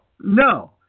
No